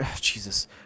Jesus